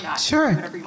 Sure